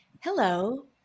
hello